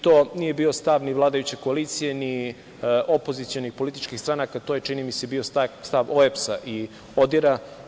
To nije bio stav ni vladajuće koalicije, ni opozicionih političkih stranaka, to je, čini mi se, bio stav OEBS-a i ODIR-a.